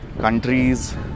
Countries